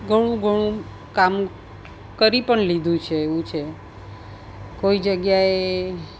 ઘણું ઘણું કામ કરી પણ લીધું છે એવું છે કોઈ જગ્યાએ